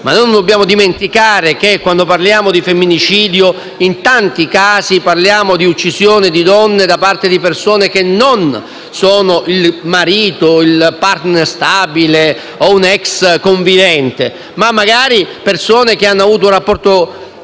Ma non dobbiamo dimenticare che, quando parliamo di femminicidio, in tanti casi parliamo dell'uccisione di donne da parte di persone che non sono il marito, il *partner* stabile o un *ex* convivente ma, magari, persone che hanno avuto un rapporto